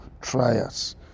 trials